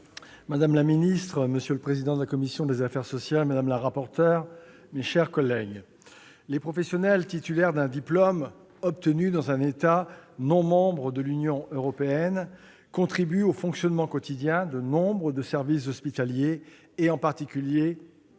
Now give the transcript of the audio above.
madame la secrétaire d'État, monsieur le président de la commission des affaires sociales, madame la rapporteur, mes chers collègues, les professionnels titulaires d'un diplôme obtenu dans un État non membre de l'Union européenne contribuent au fonctionnement quotidien de nombre de services hospitaliers, en particulier dans les